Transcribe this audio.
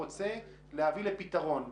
רוצה להביא לפתרון.